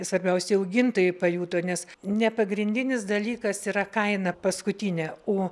svarbiausią augintojai pajuto nes ne pagrindinis dalykas yra kaina paskutinę o